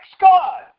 God